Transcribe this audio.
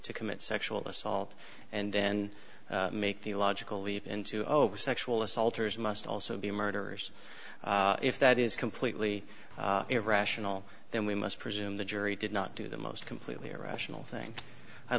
to commit sexual assault and then make the logical leap into over sexual assault or is must also be murderers if that is completely irrational then we must presume the jury did not do the most completely irrational thing i